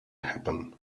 happen